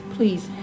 Please